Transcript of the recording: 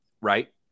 right